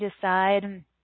decide